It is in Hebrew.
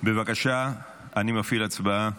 בבקשה, אני מפעיל הצבעה.